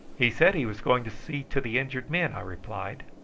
he said he was going to see to the injured men, i replied.